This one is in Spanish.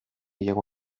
llegó